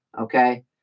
okay